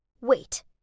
Wait